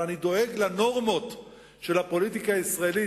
אבל אני דואג לנורמות של הפוליטיקה הישראלית,